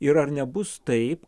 ir ar nebus taip